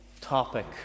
topic